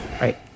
Right